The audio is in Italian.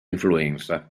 influenza